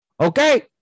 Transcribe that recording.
Okay